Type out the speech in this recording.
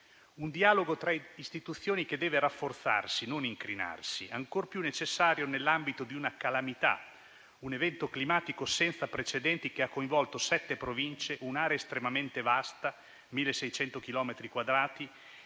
Il dialogo tra istituzioni deve rafforzarsi e non incrinarsi, essendo ancor più necessario nell'ambito di una calamità, un evento climatico senza precedenti, che ha coinvolto sette province, in un'area estremamente vasta, di 1.600 chilometri quadrati,